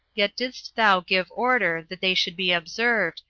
yet didst thou give order that they should be observed,